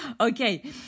Okay